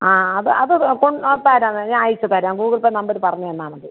ആ അത് അത് ആ തരാം ഞ അയച്ച് തരാം ഗൂഗിൾ പ്പേ നമ്പര് പറഞ്ഞ് തന്നാൽ മതി